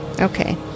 Okay